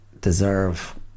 deserve